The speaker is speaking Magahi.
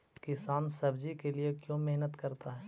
किसान सब्जी के लिए क्यों मेहनत करता है?